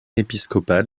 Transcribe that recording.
épiscopal